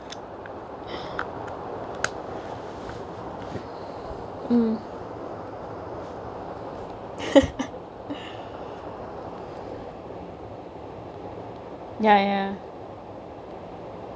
mm ya ya